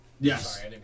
Yes